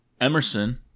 Emerson